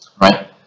right